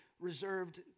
reserved